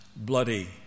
Bloody